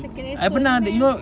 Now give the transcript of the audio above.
secondary school only meh